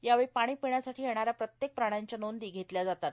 यावेळी पाणी पिण्यासाठी येणा या प्रत्येक प्राण्यांच्या नोंदी धेतल्या जातात